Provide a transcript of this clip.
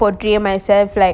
portray myself like